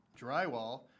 drywall